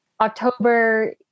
October